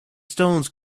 stones